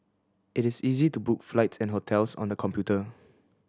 it is easy to book flight and hotels on the computer